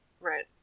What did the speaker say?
Right